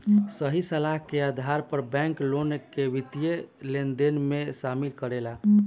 सही सलाह के आधार पर बैंक, लोग के वित्तीय लेनदेन में शामिल करेला